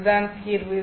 அதுதான் தீர்வு